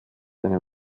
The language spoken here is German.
eine